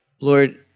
Lord